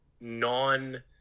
non